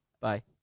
Bye